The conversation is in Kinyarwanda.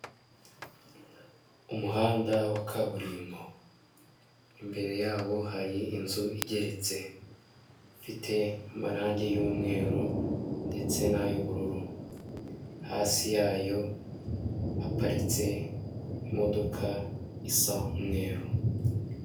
Umuhanda wa kaburimbo imbere yabo hari inzu igeretse ifite amarangi y'umweru ndetse na y'ubururu hasi yayo haparitse imodoka isa umweru.